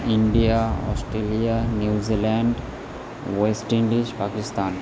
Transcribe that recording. India Australia New Zealand West Indies Pakistan